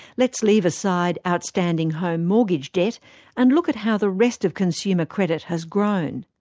let's leave aside outstanding home mortgage debt and look at how the rest of consumer credit has grown.